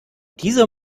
dieser